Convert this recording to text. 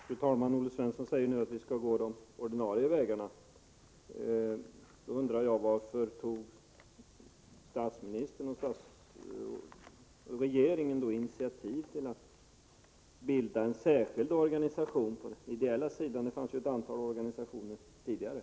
Fru talman! Olle Svensson säger att vi nu skall gå fram på de ordinarie vägarna. Jag undrar då varför statsministern och regeringen tog initiativet till att bilda en särskild organisation på det ideella området. Det fanns redan tidigare ett antal ideella organisationer.